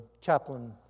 chaplain